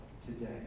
today